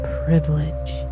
privilege